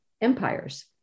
empires